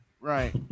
Right